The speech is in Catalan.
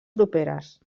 properes